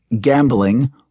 gambling